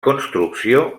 construcció